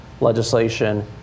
legislation